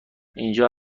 اینجا